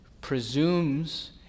presumes